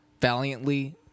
valiantly